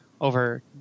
over